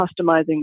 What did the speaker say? customizing